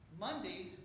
Monday